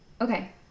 Okay